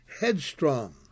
headstrong